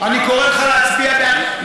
אני קורא לך להצביע בעד.